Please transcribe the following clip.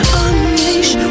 unleash